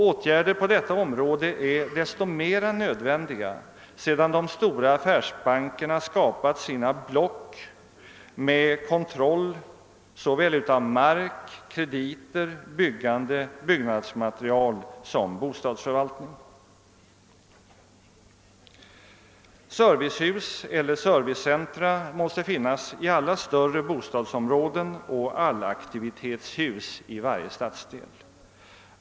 Åtgärder på detta område är desto mer nödvändiga sedan de stora affärsbankerna skapat sina block med kontroll av mark, krediter, byggande, byggnadsmaterial och bostadsförvaltning. 6. Servicehus eller servicecentra måste finnas i alla större bostadsområden och allaktivitetshus i varje stadsdel.